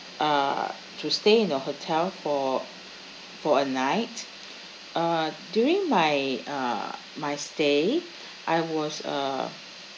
uh to stay in your hotel for for a night uh during my uh my stay I was uh